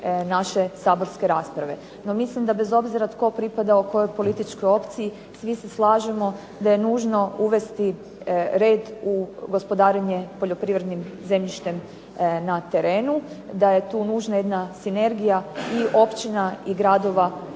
naše saborske rasprave. No mislim da bez obzira tko pripadao kojoj političkoj opciji svi se slažem da je nužno uvesti red u gospodarenje poljoprivrednim zemljištem na terenu, da je tu nužna jedna sinergija i općina i gradova,